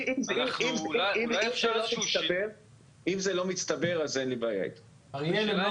אם זה לא מצטבר אז אין לי בעיה עם הסעיף הזה.